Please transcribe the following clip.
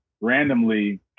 randomly